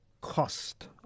cost